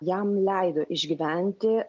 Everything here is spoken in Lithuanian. jam leido išgyventi